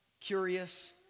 curious